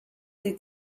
sie